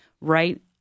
right